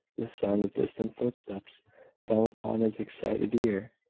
the sound of distant footsteps fell upon his excited ear.